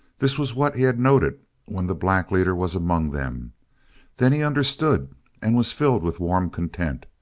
this was what he had noted when the black leader was among them then he understood and was filled with warm content.